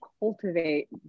cultivate